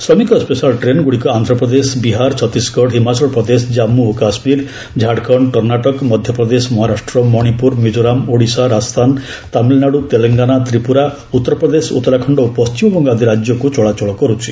ଶ୍ରମିକ ସ୍ୱେଶାଲ୍ ଟ୍ରେନ୍ଗୁଡ଼ିକ ଆନ୍ଧ୍ରପ୍ରଦେଶ ବିହାର ଛତିଶଗଡ଼ ହିମାଚଳ ପ୍ରଦେଶ ଜାମ୍ମୁ ଓ କାଶ୍କୀର ଝାଡ଼ଖଣ୍ଡ କର୍ଷାଟକ ମଧ୍ୟପ୍ରଦେଶ ମହାରାଷ୍ଟ୍ର ମଣିପୁର ମିଜୋରାମ ଓଡ଼ିଶା ରାଜସ୍ଥାନ ତାମିଲନାଡୁ ତେଲଙ୍ଗାନା ତ୍ରିପୁରା ଉତ୍ତରପ୍ରଦେଶ ଉତ୍ତରାଖଣ୍ଡ ଓ ପଣ୍ଟିମବଙ୍ଗ ଆଦି ରାଜ୍ୟକୁ ଚଳାଚଳ କରୁଛି